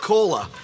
Cola